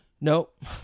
Nope